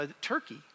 turkey